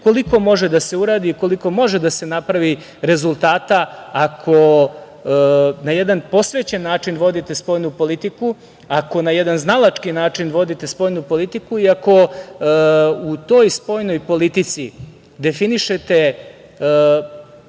koliko može da se uradi, koliko može da se napravi rezultata ako na jedan posvećen način vodite spoljnu politiku, ako na jedan znalački način vodite spoljnu politiku i ako u toj spoljnoj politici definišete,